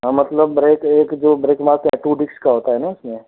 हम अपना ब्रेक एक जो ब्रेक मारते हैं टू डिस्क का होता है ना उसमें